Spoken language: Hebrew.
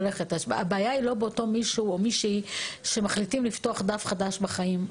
הבעיה היא לא באותו מישהו או מישהי שמחליטים לפתוח דף חדש בחיים.